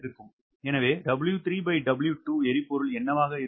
எனவே𝑊3W2எரிபொருள் என்னவாக இருக்கும்